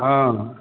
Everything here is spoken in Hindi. हाँ